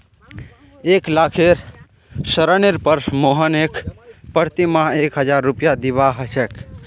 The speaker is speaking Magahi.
एक लाखेर ऋनेर पर मोहनके प्रति माह एक हजार रुपया दीबा ह छेक